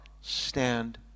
stand